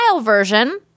version